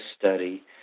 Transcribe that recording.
study